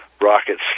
rockets